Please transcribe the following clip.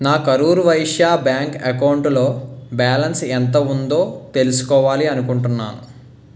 నా కరూర్ వైశ్య బ్యాంక్ అకౌంటులో బ్యాలన్స్ ఎంత ఉందో తెలుసుకోవాలి అనుకుంటున్నాను